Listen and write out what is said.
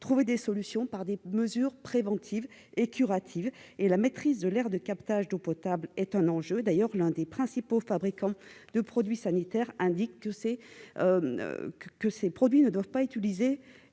trouver des solutions et mettre en place des mesures préventives et curatives. La maîtrise de l'aire de captage d'eau potable est un enjeu. D'ailleurs, l'un des principaux fabricants de produits sanitaires indique que ces produits ne doivent pas être utilisés